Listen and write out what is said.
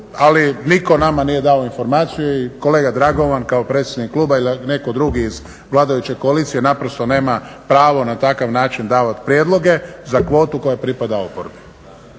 ali nitko nama nije dao informaciju i kolega Dragovan kao predsjednik kluba ili netko drugi iz vladajuće koalicije naprosto nema na takav način davat prijedloge za kvotu koja pripada oporbi.